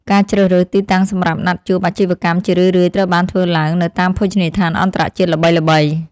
ការជ្រើសរើសទីតាំងសម្រាប់ណាត់ជួបអាជីវកម្មជារឿយៗត្រូវបានធ្វើឡើងនៅតាមភោជនីយដ្ឋានអន្តរជាតិល្បីៗ។